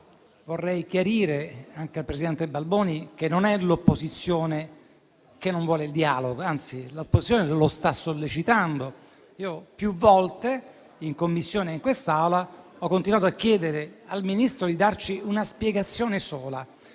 vorrei chiarire, anche al presidente Balboni, che non è l'opposizione che non vuole il dialogo. Anzi, lo sta sollecitando: più volte, in Commissione e in quest'Aula, ho continuato a chiedere al Ministro di darci una spiegazione sola: